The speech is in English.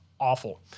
awful